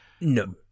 No